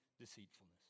deceitfulness